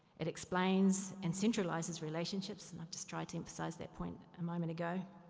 it explains and centralizes relationships and i've just tried to emphasize that point a moment ago,